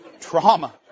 trauma